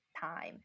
time